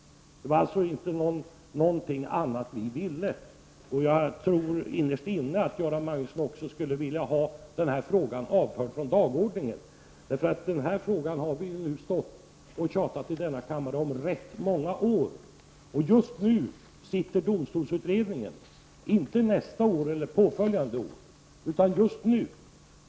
Det var alltså inte något annat vi ville. Jag tror innerst inne att Göran Magnusson också skulle vilja ha denna fråga avförd från dagordningen. Denna fråga har vi tjatat om i denna kammare i många år. Just nu sitter alltså domstolsutredningen, inte nästa år eller påföljande år.